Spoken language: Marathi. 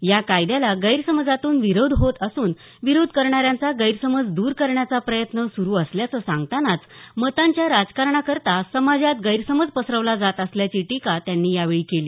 या कायद्याला गैरसमजातून विरोध होत असून विरोध करणाऱ्यांचा गैरसमज द्र करण्याचा प्रयत्न सुरू असल्याचं सांगतानाच मतांच्या राजकारणाकरता समाजात गैरसमज पसरवला जात असल्याची टीका त्यांनी यावेळी केली